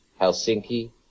Helsinki